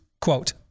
Quote